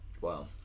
Wow